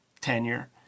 tenure